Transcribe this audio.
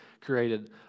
created